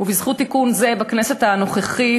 ובזכות תיקון זה בכנסת הנוכחית,